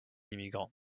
immigrants